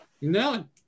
no